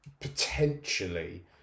potentially